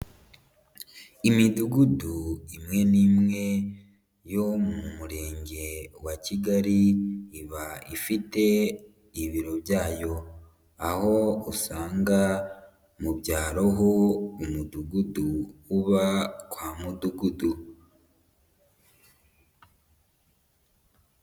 Imidugudu imwe n'imwe yo mu murenge wa Kigali, iba ifite ibiro byayo, aho usanga mu byaro ho, umudugudu uba kwa mudugudu.